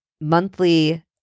monthly